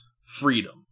freedom